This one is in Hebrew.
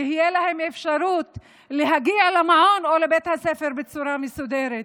תהיה להם אפשרות להגיע למעון או לבית הספר בצורה מסודרת.